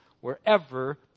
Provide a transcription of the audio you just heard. wherever